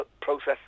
process